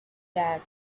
that